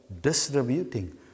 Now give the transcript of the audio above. distributing